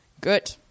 Good